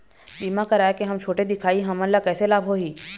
बीमा कराए के हम छोटे दिखाही हमन ला कैसे लाभ होही?